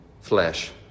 flesh